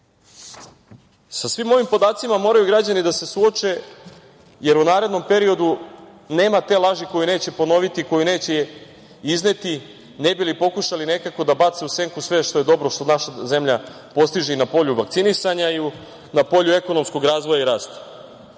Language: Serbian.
svim ovim podacima moraju građani da se suoče, jer u narednom periodu nema te laži koju neće ponoviti, koju neće izneti ne bi li pokušali nekako da bace u senku sve što je dobro, što naša zemlja postiže i na polju vakcinisanja i na polju ekonomskog razvoja i rasta.Za